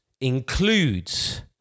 includes